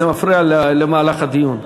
זה מפריע למהלך הדיון.